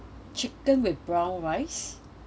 chicken with brown rice